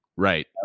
Right